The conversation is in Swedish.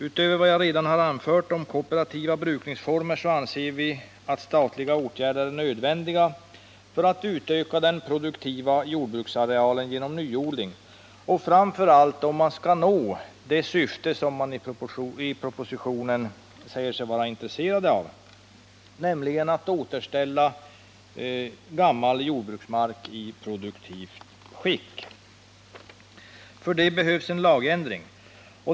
Utöver vad jag redan anfört om kooperativa brukningsformer anser vi att statliga åtgärder är nödvändiga för att utöka den produktiva jordbruksarealen 145 genom att nyodla och — framför allt om man skall nå det syfte som man i propositionen säger sig vara intresserad av — att återställa gammal jordbruksmark i produktivt skick. För det behövs en lagändring.